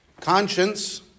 Conscience